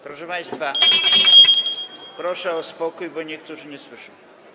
Proszę państwa, proszę o spokój... bo niektórzy nie słyszą.